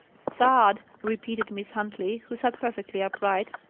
sad! repeated miss huntley, who sat perfectly upright,